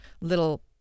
little